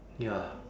ya